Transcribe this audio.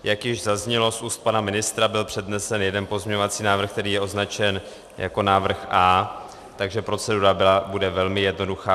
Jak již zaznělo z úst pana ministra, byl přednesen jeden pozměňovací návrh, který je označen jako návrh A, takže procedura bude velmi jednoduchá.